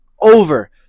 over